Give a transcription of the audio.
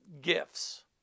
gifts